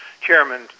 Chairman